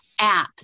apps